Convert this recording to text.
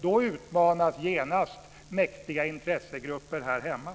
Då utmanas genast mäktiga intressegrupper här hemma.